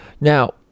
Now